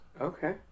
Okay